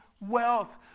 wealth